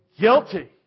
guilty